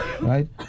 right